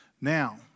Now